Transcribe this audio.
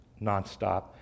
nonstop